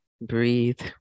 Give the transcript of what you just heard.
breathe